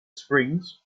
springs